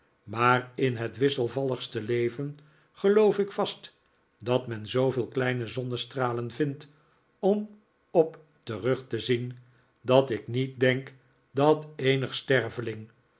maar in het wisselvalligste leven geloof ik vast dat men zooveel kleine zonnestralen vindt om op terug te zien dat ik niet denk dat eenig sterveling